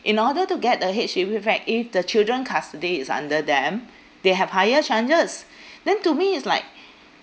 in order to get the H_D_B flat if the children custody is under them they have higher chances then to me is like